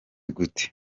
gute